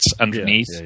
underneath